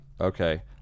Okay